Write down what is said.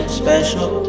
special